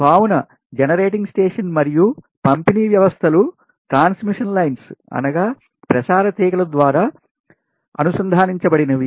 కావున generating station మరియు పంపిణీ వ్యవస్థలు ట్రాన్స్మిషన్ లైన్స్ ప్రసార తీగలు ద్వారా అనుసంధానించబడినవి